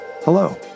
Hello